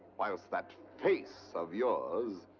whilst that face of yours,